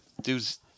dude's –